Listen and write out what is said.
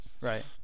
Right